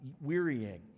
wearying